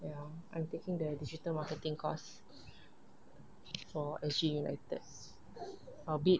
ya I'm taking the digital marketing course for S_G united a bit